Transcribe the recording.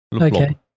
Okay